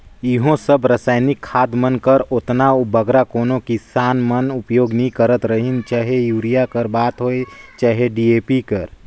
इहों सब रसइनिक खाद मन कर ओतना बगरा कोनो किसान मन उपियोग नी करत रहिन चहे यूरिया कर बात होए चहे डी.ए.पी कर